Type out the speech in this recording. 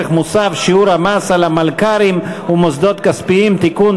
מוסף (שיעור המס על מלכ"רים ומוסדות כספיים) (תיקון),